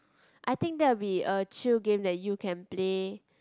I think that will be a chill game that you can play